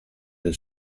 del